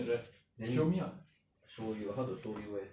then show you how to show you leh